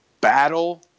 battle